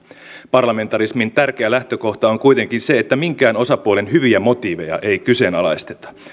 parlamentarismin tärkeä lähtökohta on kuitenkin se että minkään osapuolen hyviä motiiveja ei kyseenalaisteta